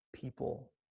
people